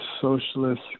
socialist